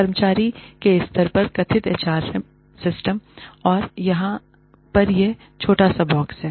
कर्मचारी के स्तर पर कथित एचआर सिस्टम जो यहाँ पर यह छोटा सा बॉक्स है